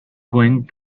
going